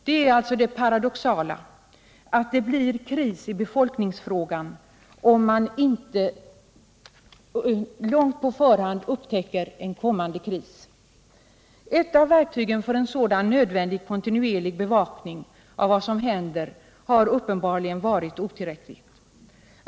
Det paradoxala är alltså att det blir kris i befolkningsfrågan om man inte långt på förhand upptäcker en kommande kris. Ett av verktygen för en sådan nödvändig kontinuerlig bevakning av vad som händer har uppenbarligen varit otillräckligt.